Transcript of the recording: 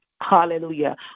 hallelujah